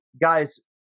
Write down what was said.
guys